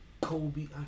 Kobe